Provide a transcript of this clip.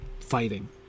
fighting